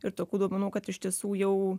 ir tokių duomenų kad iš tiesų jau